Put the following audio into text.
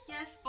Yes